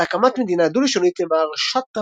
על הקמת מדינה דו-לשונית למהרשטרה-גוג'אראט,